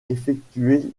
effectuait